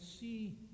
see